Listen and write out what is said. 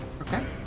Okay